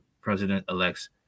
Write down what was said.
president-elect's